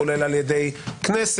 כולל על ידי הכנסת,